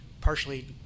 partially